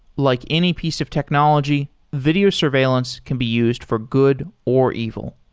like any piece of technology, video surveillance can be used for good or evil.